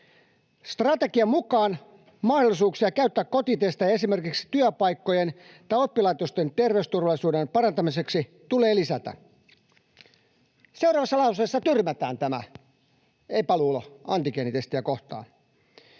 ”Strategian mukaan mahdollisuuksia käyttää kotitestejä esimerkiksi työpaikkojen tai oppilaitosten ter- veysturvallisuuden parantamiseksi tulee lisätä.” Seuraavassa lauseessa tyrmätään tämä epäluulo antigeenitestiä kohtaan.